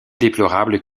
déplorable